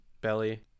belly